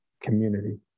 community